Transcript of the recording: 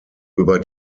über